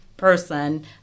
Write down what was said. person